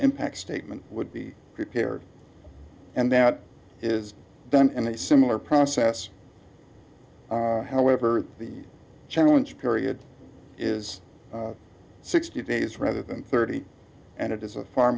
impact statement would be prepared and that is done in a similar process however the challenge period is sixty days rather than thirty and it is a far